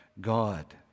God